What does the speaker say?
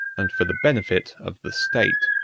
and for the benefit of the state.